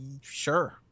sure